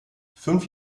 fünf